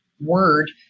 word